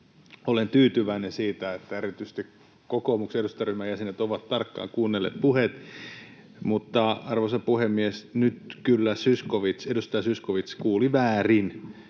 Olen tyytyväinen siitä, että erityisesti kokoomuksen eduskuntaryhmän jäsenet ovat tarkkaan kuunnelleet puheet, mutta, arvoisa puhemies, nyt kyllä edustaja Zyskowicz kuuli väärin.